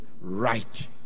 right